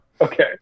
okay